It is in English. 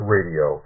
Radio